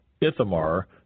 Ithamar